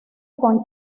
con